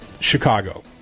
Chicago